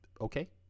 okay